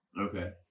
Okay